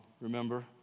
remember